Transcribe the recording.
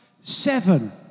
Seven